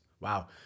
Wow